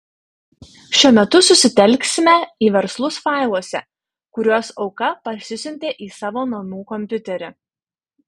šiuo metu susitelksime į verslus failuose kuriuos auka parsisiuntė į savo namų kompiuterį